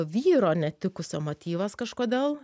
vyro netikusio motyvas kažkodėl